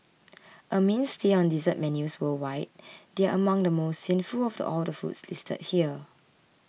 a mainstay on dessert menus worldwide they are among the most sinful of all the foods listed here